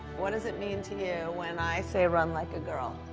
what does it mean to you when i say run like a girl?